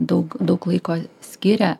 daug daug laiko skiria